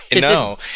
No